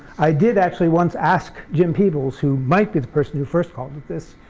i did actually once ask jim peebles who might be the person who first called it this